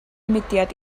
mudiad